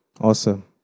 Awesome